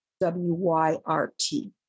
W-Y-R-T